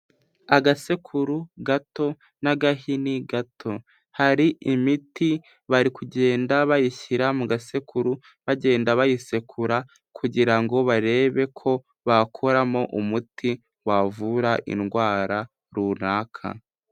Agasekuru gato n'agahini gato, hari imiti bari kugenda bayishyira mu gasekuru bagenda bayisekura kugira ngo barebe ko bakoramo umuti wavura indwara runaka.